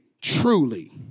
truly